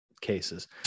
cases